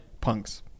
punks